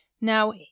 Now